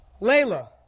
Layla